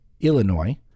Illinois